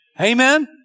Amen